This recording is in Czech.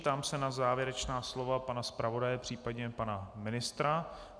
Ptám se na závěrečná slova pana zpravodaje, případně pana ministra?